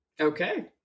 Okay